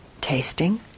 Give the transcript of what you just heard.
tasting